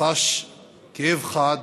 חש כאב חד,